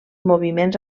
moviments